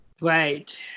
Right